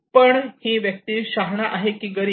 पण ही व्यक्ती शहाणा आहे की गरीब